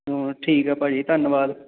ਠੀਕ ਆ ਭਾਅ ਜੀ ਧੰਨਵਾਦ